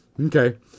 Okay